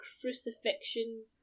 crucifixion